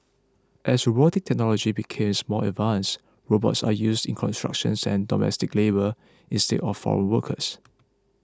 as robotic technology becomes more advanced robots are used in construction and domestic labour instead of foreign workers